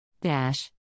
Dash